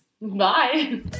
bye